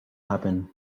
happen